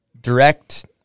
direct